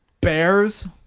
Bears